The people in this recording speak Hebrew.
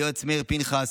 ליועץ מאיר פנחס,